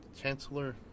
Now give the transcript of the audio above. chancellor